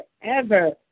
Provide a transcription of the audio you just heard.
forever